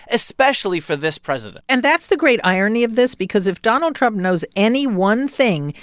especially for this president and that's the great irony of this because if donald trump knows any one thing,